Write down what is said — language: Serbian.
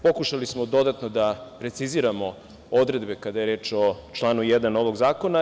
Pokušali smo dodatno da preciziramo odredbe kada je reč o članu 1. ovog zakona.